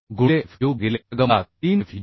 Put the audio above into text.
गुणिले FU भागिले वर्गमुळात 3 FUB